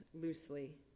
loosely